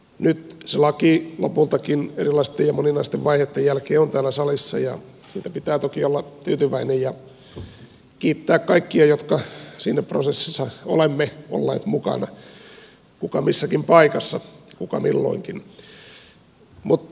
nyt se laki lopultakin erilaisten ja moninaisten vaiheitten jälkeen on täällä salissa ja siitä pitää toki olla tyytyväinen ja kiittää meitä kaikkia jotka siinä prosessissa olemme olleet mukana kuka missäkin paikassa kuka milloinkin